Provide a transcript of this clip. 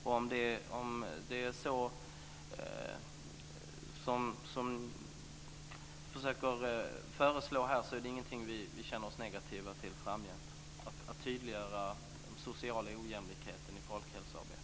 Om det är detta Rolf Olsson försöker föreslå här är det ingenting som känner vi oss negativa till framgent: att tydliggöra den sociala ojämlikheten i folkhälsoarbetet.